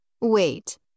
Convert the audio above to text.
Wait